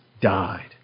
died